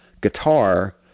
guitar